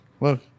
Look